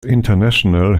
international